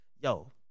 Yo